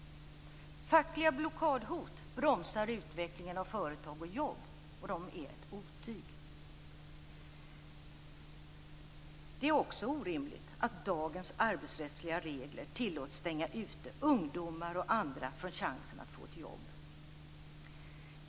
Fackliga blockadhot bromsar utvecklingen av företag och jobb, och de är ett otyg. Det är också orimligt att dagens arbetsrättsliga regler tillåts stänga ute ungdomar och andra från chansen att få ett jobb.